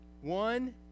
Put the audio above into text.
One